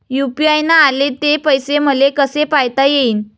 UPI न आले ते पैसे मले कसे पायता येईन?